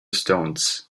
stones